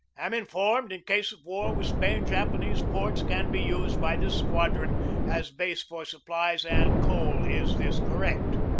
am informed, in case of war with spain, japanese ports can be used by this squadron as base for supplies and coal. is this correct?